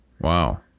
Wow